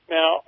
Now